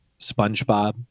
spongebob